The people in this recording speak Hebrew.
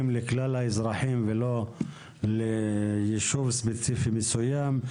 לכלל האזרחים ולא ליישוב ספציפי מסוים.